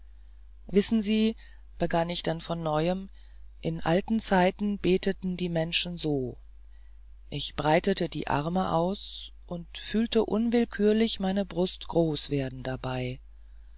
wissen sie begann ich dann von neuem in alten zeiten beteten die menschen so ich breitete die arme aus und fühlte unwillkürlich meine brust groß werden dabei